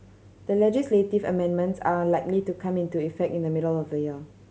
the legislative amendments are likely to come into effect in the middle of the year